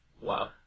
Wow